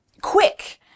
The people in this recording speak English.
quick